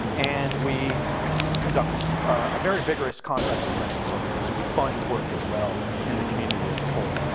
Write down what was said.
and we conduct ah a very vigorous contracts and grants program, so we fund work as well in the community as a whole.